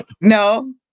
No